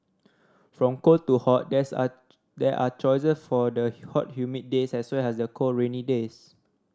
from cold to hot there's are there are choices for the hot humid days as well as the cold rainy days